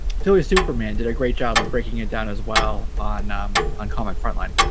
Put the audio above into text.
silly superman did a great job of breaking it down as well on um on comic frontline